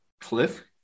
Cliff